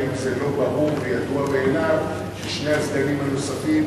האם לא ברור וידוע בעיניו כי שני הסגנים הנוספים,